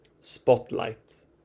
spotlight